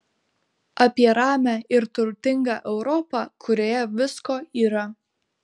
apie ramią ir turtingą europą kurioje visko yra